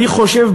אני חושב,